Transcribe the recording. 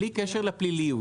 בלי קשר לפליליות.